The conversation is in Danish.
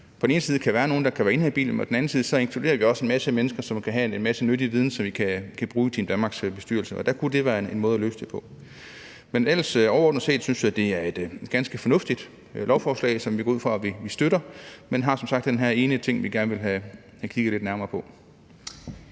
kan der selvfølgelig være nogle, der er inhabile, og på den anden side inkluderer vi også en masse mennesker, som kan have en masse nyttig viden, som vi kan bruge i Team Danmarks bestyrelse, og det kunne være en måde at løse det på. Men overordnet set synes jeg, at det er et ganske fornuftigt lovforslag, som jeg går ud fra at vi støtter, men vi har som sagt den her ene ting, vi gerne vil have kigget lidt nærmere på.